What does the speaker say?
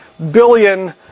billion